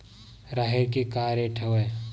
राहेर के का रेट हवय?